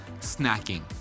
snacking